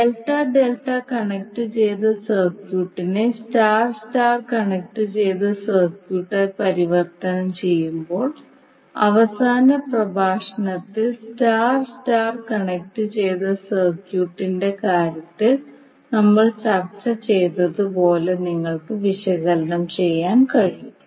delta delta കണക്റ്റുചെയ്ത സർക്യൂട്ടിനെ star star കണക്റ്റുചെയ്ത സർക്യൂട്ടായി പരിവർത്തനം ചെയ്യുമ്പോൾ അവസാന പ്രഭാഷണത്തിൽ സ്റ്റാർ സ്റ്റാർ കണക്റ്റുചെയ്ത സർക്യൂട്ടിന്റെ കാര്യത്തിൽ നമ്മൾ ചർച്ച ചെയ്തതുപോലെ നിങ്ങൾക്ക് വിശകലനം ചെയ്യാൻ കഴിയും